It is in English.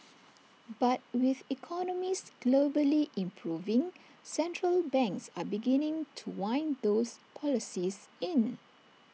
but with economies globally improving central banks are beginning to wind those policies in